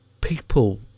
people